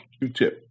Q-tip